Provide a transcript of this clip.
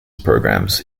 programs